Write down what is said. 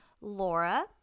Laura